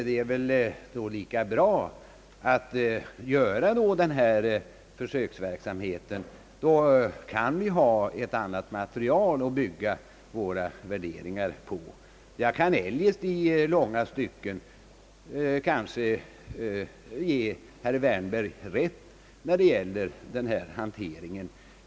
Det är väl då lika bra att göra detta försök, eftersom vi därigenom kan få ett sakligt material att bygga våra värderingar på. Jag kan eljest i långa stycken ge herr Wärnberg rätt i hans bedömning av ölhanteringen i landet.